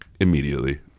immediately